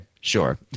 sure